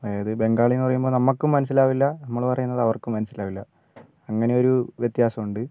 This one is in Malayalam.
അതായത് ബംഗാളിയെന്ന് പറയുമ്പോൾ നമ്മൾക്കും മനസ്സിലാവില്ല നമ്മൾ പറയുന്നത് അവർക്കും മനസ്സിലാവില്ല അങ്ങനെയൊരു വ്യത്യാസമുണ്ട്